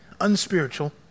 unspiritual